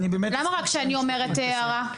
למה רק כשאני אומרת הערה?